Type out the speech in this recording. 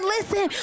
Listen